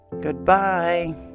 Goodbye